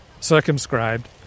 circumscribed